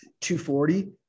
240